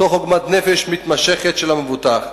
תוך עוגמת נפש מתמשכת של המבוטח.